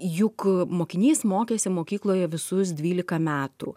juk mokinys mokėsi mokykloje visus dvylika metų